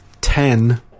ten